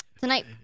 tonight